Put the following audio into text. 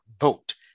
vote